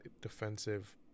defensive